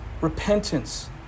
repentance